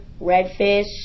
redfish